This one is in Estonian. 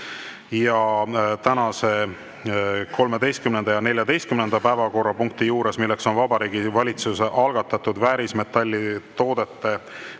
Tänase 13. ja 14. päevakorrapunkti juures, milleks on Vabariigi Valitsuse algatatud väärismetalltoodete